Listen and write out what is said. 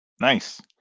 Nice